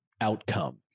outcome